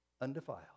undefiled